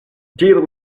deal